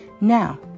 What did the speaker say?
Now